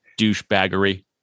douchebaggery